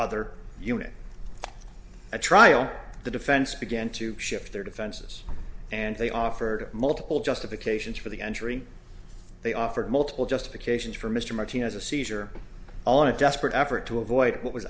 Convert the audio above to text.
other unit at trial the defense began to shift their defenses and they offered multiple justifications for the entry they offered multiple justifications for mr martinez a seizure all in a desperate effort to avoid what was